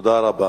תודה רבה.